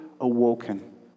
awoken